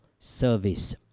service